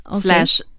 slash